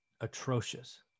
atrocious